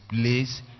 place